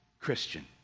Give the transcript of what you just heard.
Christian